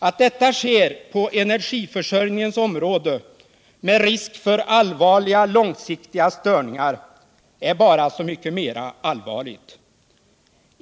Att detta sker på energiförsörjningens område med risk för allvarliga långsiktiga störningar är bara så mycket mer allvarligt.